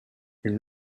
une